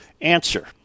Answer